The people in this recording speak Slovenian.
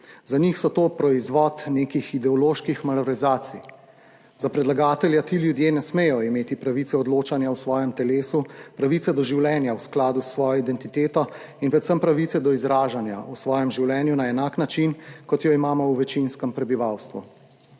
Za njih so to proizvod nekih ideoloških malverzacij. Za predlagatelja ti ljudje ne smejo imeti pravice odločanja o svojem telesu, pravice do življenja v skladu s svojo identiteto in predvsem pravice do izražanja v svojem življenju na enak način, kot jo imamo v večinskem prebivalstvu.